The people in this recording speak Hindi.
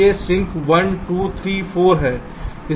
ये सिंक 1 2 3 4 हैं